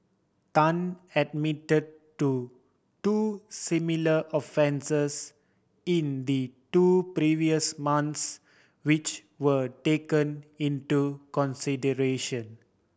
Tan admit to two similar offences in the two previous months which were taken into consideration